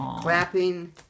Clapping